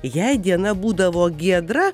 jei diena būdavo giedra